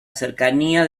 cercanía